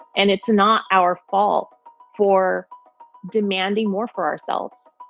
and it's not our fault for demanding more for ourselves.